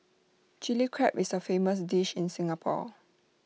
Chilli Crab is A famous dish in Singapore